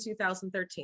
2013